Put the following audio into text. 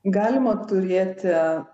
galima turėti